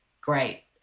great